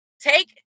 Take